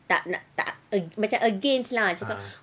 tak nak tak macam against lah cuma